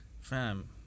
Fam